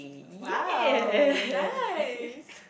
!wow! nice